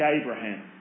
Abraham